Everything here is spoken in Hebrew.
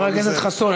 חבר הכנסת חסון,